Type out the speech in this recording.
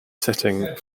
setting